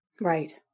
Right